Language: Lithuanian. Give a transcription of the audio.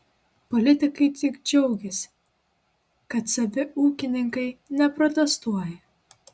politikai tik džiaugiasi kad savi ūkininkai neprotestuoja